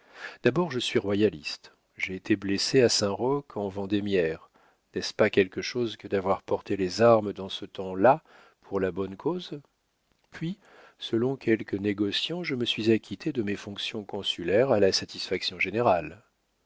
d'abord je suis royaliste j'ai été blessé à saint-roch en vendémiaire n'est-ce pas quelque chose que d'avoir porté les armes dans ce temps-là pour la bonne cause puis selon quelques négociants je me suis acquitté de mes fonctions consulaires à la satisfaction générale